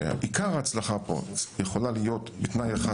שההצלחה יכולה להיות בתנאי אחד,